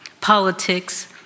Politics